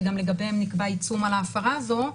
שגם לגביהם נקבע עיצום על ההפרה הזו,